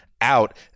out